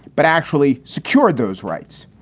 but actually secured those rights.